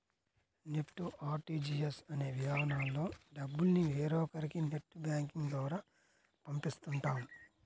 NEFT, RTGS అనే విధానాల్లో డబ్బుల్ని వేరొకరికి నెట్ బ్యాంకింగ్ ద్వారా పంపిస్తుంటాం